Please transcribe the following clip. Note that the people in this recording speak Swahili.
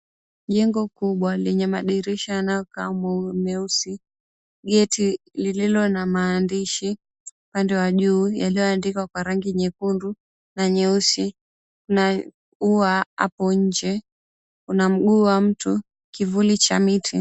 Jengo kubwa lenye madirisha yanayokaa meusi, geti lililo na maandishi upande wa juu, yaliyoandikwa kwa rangi nyekundu na nyeusi, na ua hapo nje. Kuna mguu wa mtu, kivuli cha miti.